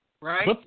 Right